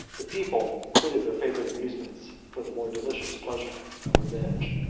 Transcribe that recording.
the people quitted their favorite amusements for the more delicious pleasure of revenge,